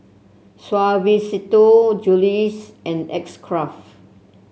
Suavecito Julie's and X Craft